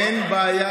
אין בעיה,